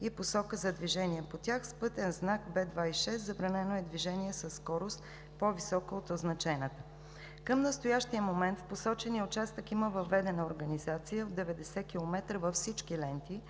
и посоки за движение по тях“, с пътен знак B 26 – „Забранено е движение със скорост, по-висока от означената“. Към настоящия момент в посочения участък има въведена организация в 90 километра във всички ленти